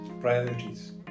priorities